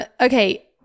Okay